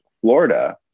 Florida